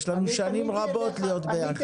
יש לנו שנים רבות להיות ביחד.